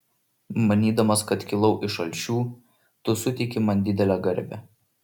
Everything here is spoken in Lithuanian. manydamas kad kilau iš alšių tu suteiki man didelę garbę